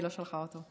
היא לא שלחה אותו.